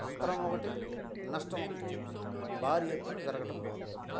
అంతరం ఒకటి నష్టం ఒకటి భారీ ఎత్తున జరగటం జరుగుతుంది